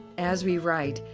as we write,